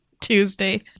Tuesday